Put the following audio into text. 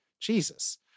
Jesus